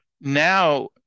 now